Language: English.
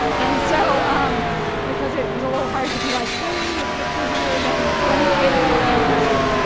and so because it was a little hard to be like, hey, it's the two hundred and twenty eighth anniversary.